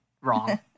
wrong